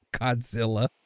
Godzilla